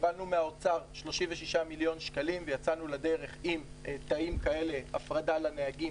קיבלנו מהאוצר 36 מיליון שקלים ויצאנו לדרך עם הפרדה לנהגים,